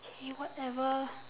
K whatever